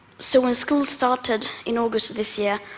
so when school started in august of this year,